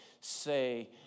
say